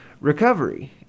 recovery